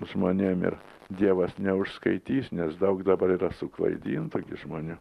žmonėm ir dievas neužskaitys nes daug dabar yra suklaidintų žmonių